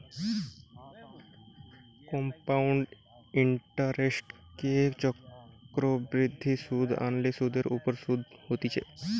compound ইন্টারেস্টকে চক্রবৃদ্ধি সুধ আসলে সুধের ওপর শুধ হতিছে